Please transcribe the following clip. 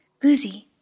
Guzi